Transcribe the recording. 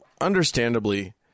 understandably